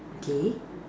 okay